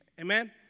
Amen